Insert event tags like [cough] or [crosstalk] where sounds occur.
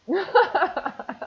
[laughs]